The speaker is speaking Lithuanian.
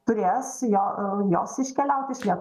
turės jo jos iškeliaut iš liet